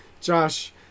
Josh